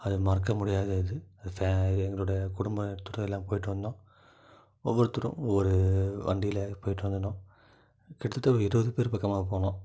அது மறக்க முடியாதது ச அது எங்களோடய குடும்பத்தோடு எல்லாம் போயிட்டு வந்தோம் ஒவ்வொருத்தரும் ஒரு வண்டியில் போயிட்டு வந்துட்டோம் கிட்டத்தட்ட இருபது பேர் பக்கமாக போனோம்